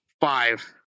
five